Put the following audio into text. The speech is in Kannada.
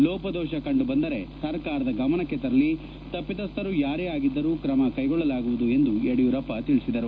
ಲೋಪದೋಷ ಕಂಡು ಬಂದರೆ ಸರ್ಕಾರದ ಗಮನಕ್ಕೆ ತರಲಿ ತಪ್ಪಿತಸ್ಥರು ಯಾರೇ ಆಗಿದ್ದರೂ ತ್ರಮ ಕೈಗೊಳ್ಳಲಾಗುವುದು ಎಂದು ಯಡಿಯೂರಪ್ಪ ತಿಳಿಸಿದರು